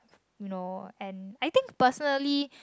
you know and I think personally